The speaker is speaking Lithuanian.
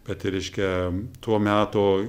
bet reiškia to meto